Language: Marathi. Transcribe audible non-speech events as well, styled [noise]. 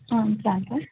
[unintelligible]